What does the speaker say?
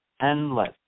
endless